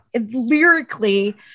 lyrically